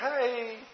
hey